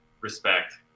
respect